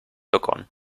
begonnen